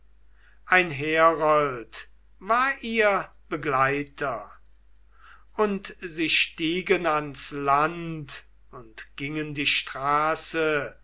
ein herold war ihr begleiter und sie stiegen ans land und gingen die straße